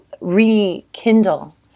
rekindle